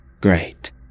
Great